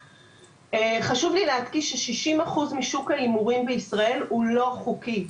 חשוב לי להדגיש ש-60% משוק ההימורים בישראל הוא לא חוקי.